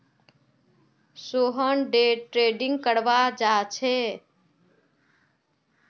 Sohan day trading करवा चाह्चे